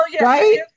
Right